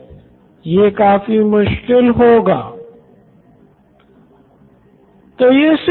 आप इसे एक स्तर से दूसरे स्तर जाता हुआ दिखा सकते हैं